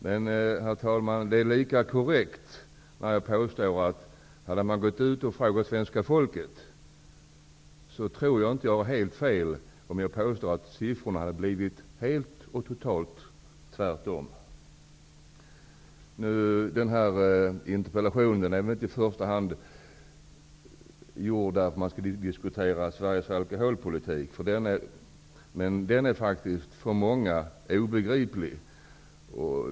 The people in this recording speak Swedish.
Men, herr talman, jag tror inte att jag har helt fel om jag påstår att siffrorna hade blivit de omvända om man hade gått ut och frågat svenska folket. Denna interpellation är väl inte ställd i första hand för att man skall diskutera Sveriges alkoholpolitik, men denna alkoholpolitik är faktiskt obegriplig för många.